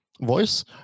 voice